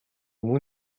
мөн